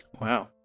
wow